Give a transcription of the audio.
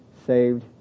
saved